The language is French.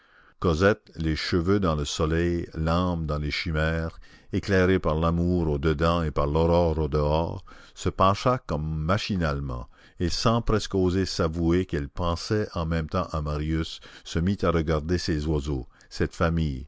cosette les cheveux dans le soleil l'âme dans les chimères éclairée par l'amour au dedans et par l'aurore au dehors se pencha comme machinalement et sans presque oser s'avouer qu'elle pensait en même temps à marius se mit à regarder ces oiseaux cette famille